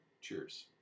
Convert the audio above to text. Cheers